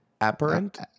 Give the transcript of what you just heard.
Apparent